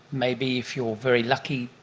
maybe if you're very lucky,